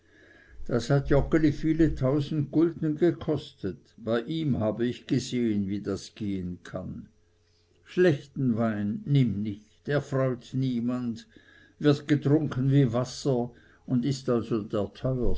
das hat joggeli viele tausend gulden gekostet bei ihm habe ich gesehen wie das gehen kann schlechten wein nimm nicht er freut niemand wird getrunken wie wasser und ist also der